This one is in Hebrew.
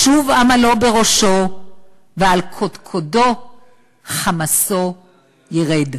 ישוב עמלו בראשו ועל קדקדו חמסו ירד".